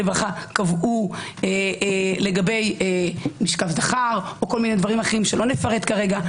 קבעו לגבי משכב זכר או דברים אחרים שלא נפרט כרגע,